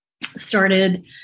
started